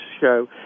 show